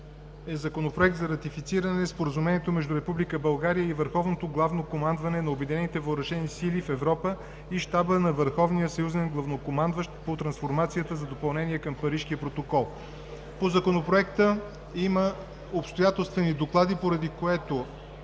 Законопроект за ратифициране Споразумението между Република България и Върховното Главно Командване на Обединените Въоръжени Сили в Европа и Щаба на Върховния съюзен главнокомандващ по трансформацията за допълнение към Парижкия протокол. По Законопроекта има обстоятелствени доклади, поради което